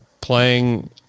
playing